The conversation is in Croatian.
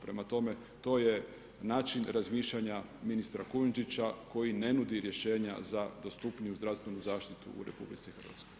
Prema tome, to je način razmišljanja ministra Kujundžića koji ne nudi rješenja za dostupniju zdravstvenu zaštitu u RH.